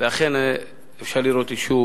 ואכן אפשר לראות יישוב